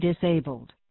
disabled